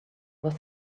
was